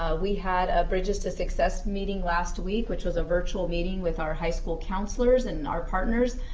ah we had a bridges to success meeting last week, which was a virtual meeting with our high school counselors and our partners,